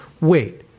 wait